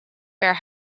per